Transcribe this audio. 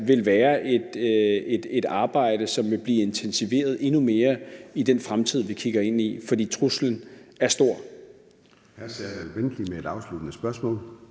vil være et arbejde, som vil blive intensiveret endnu mere i den fremtid, vi kigger ind i, for truslen er stor. Kl. 13:57 Formanden (Søren Gade): Hr. Serdal Benli med et afsluttende spørgsmål.